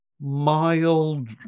mild